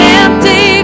empty